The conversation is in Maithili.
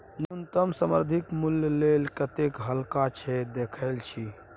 न्युनतम समर्थित मुल्य लेल कतेक हल्ला छै देखय छी